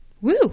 Woo